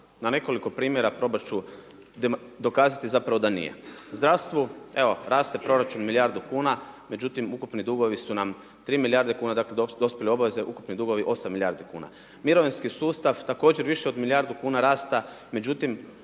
Na nekoliko primjera probat ću dokazati zapravo da nije. Zdravstvu evo raste proračun milijardu kuna, međutim ukupni dugovi su nam 3 milijarde kuna, dakle dospjele obaveze, ukupni dugovi 8 milijardi kuna. Mirovinski sustav također više od milijardu kuna rasta, međutim